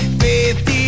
faith